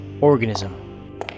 organism